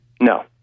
No